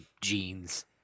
jeans